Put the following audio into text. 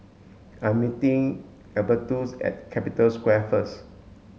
I'm meeting Albertus at Capital Square first